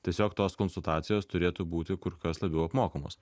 tiesiog tos konsultacijos turėtų būti kur kas labiau apmokamos